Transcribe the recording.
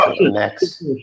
next